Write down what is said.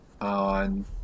On